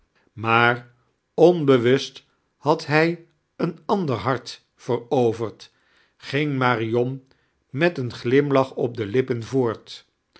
maar onbewust had hij een andeir hart veroverd gitag marion meifc een gliimlach om de lippen voort